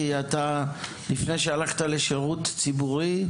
כי אתה לפני שהלכת לשירות ציבורי,